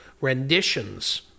renditions